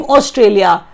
Australia